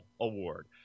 Award